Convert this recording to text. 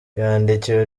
yandikiwe